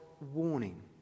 warning